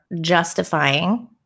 justifying